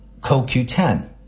CoQ10